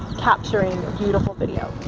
capturing beautiful video.